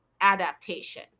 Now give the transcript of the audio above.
adaptation